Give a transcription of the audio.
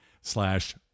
slash